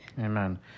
Amen